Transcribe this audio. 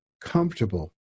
comfortable